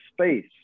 space